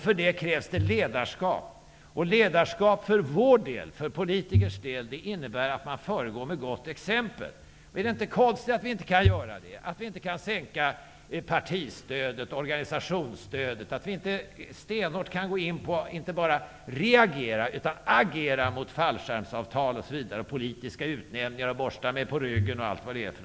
För detta krävs det ledarskap. För politikers del innebär ledarskap att man föregår med gott exempel. Är det inte konstigt att vi inte kan göra det, att vi inte kan sänka partistödet, organisationsstödet och att vi inte stenhårt kan gå in för att inte bara reagera utan även agera mot fallskärmsavtal, politiska utnämningar, borstande på ryggen och allt vad det kan vara?